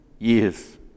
years